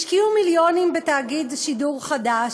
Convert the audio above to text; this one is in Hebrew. השקיעו מיליונים בתאגיד שידור חדש.